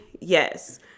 yes